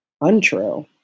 untrue